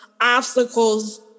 obstacles